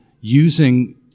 using